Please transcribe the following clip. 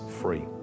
free